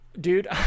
dude